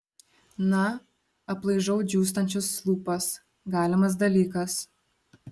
na aplaižau džiūstančias lūpas galimas dalykas